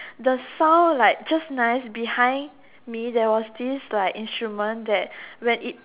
the sound like just nice behind me there was this like instrument like when it